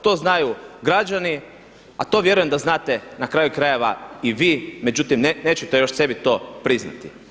To znaju građani, a to vjerujem da znate na kraju krajeva i vi, međutim nećete još sebi to priznati.